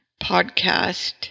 podcast